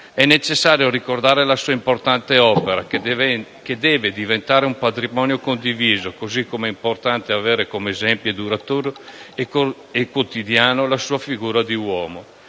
È necessario ricordare la sua importante opera, che deve diventare un patrimonio condiviso, così come è importante avere come esempio duraturo e quotidiano la sua figura di uomo.